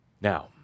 Now